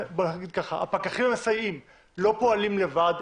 הפקחים המסייעים לא פועלים לבד.